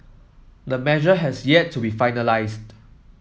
the measure has yet to be finalised